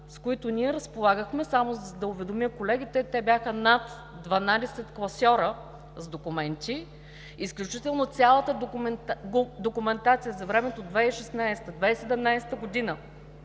с които ние разполагахме, само за да уведомя колегите, те бяха над 12 класьора с документи, изключително цялата документация за времето 2016 – 2017 г.,